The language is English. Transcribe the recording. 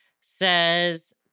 says